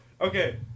okay